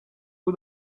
who